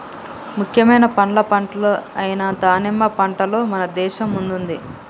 ముఖ్యమైన పండ్ల పంటలు అయిన దానిమ్మ పంటలో మన దేశం ముందుంది